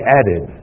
added